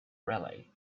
raleigh